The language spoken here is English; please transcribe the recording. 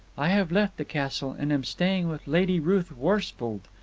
i have left the castle, and am staying with lady ruth worsfold,